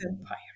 empire